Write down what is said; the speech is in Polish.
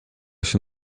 się